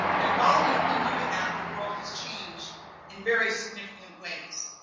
and while you've been doing that the world has changed in very significant ways.